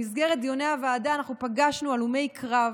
במסגרת דיוני הוועדה אנחנו פגשנו הלומי קרב